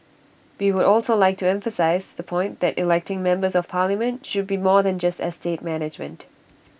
we would also like to emphasise the point that electing members of parliament should be more than just estate management